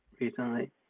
recently